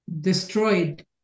destroyed